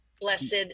blessed